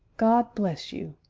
god bless you!